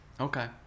Okay